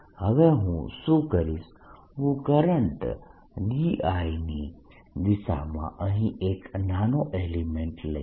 હવે હું શું કરીશ હું કરંટ dI ની દિશામાં અહીં એક નાનો એલિમેન્ટ લઈશ